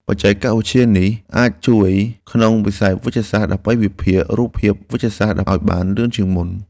បច្ចេកវិទ្យានេះអាចជួយក្នុងវិស័យវេជ្ជសាស្ត្រ ដើម្បីវិភាគរូបភាពវេជ្ជសាស្ត្រឱ្យបានលឿនជាងមុន។